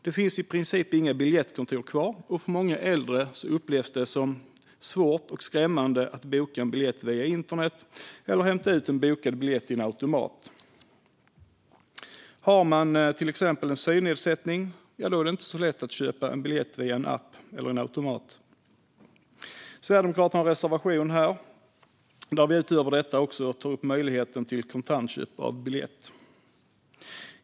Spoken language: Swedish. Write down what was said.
Det finns i princip inga biljettkontor kvar, och för många äldre upplevs det som svårt och skrämmande att boka en biljett via internet eller att hämta ut en bokad biljett i automat. Har man till exempel en synnedsättning är det inte heller lätt att köpa en biljett via en app eller i en automat. Sverigedemokraterna har en reservation här där vi utöver detta också tar upp möjligheten till kontantköp av biljett.